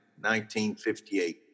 1958